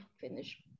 finish